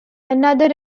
another